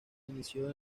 inició